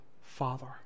Father